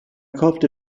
kaufte